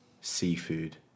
seafood